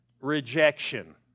rejection